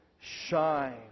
shine